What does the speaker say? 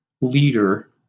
leader